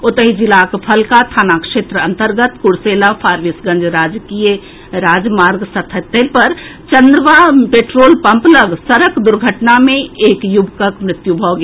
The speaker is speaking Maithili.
ओतहि जिलाक फलका थाना क्षेत्र अंतर्गत कुर्सेला फारबिसगंज राजकीय राजमार्ग सतहत्तरि पर चंदवा पेट्रोल पंप लऽग सड़क दुर्घटना मे एक युवकक मृत्यु भऽ गेल